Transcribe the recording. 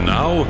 now